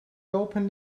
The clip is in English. opened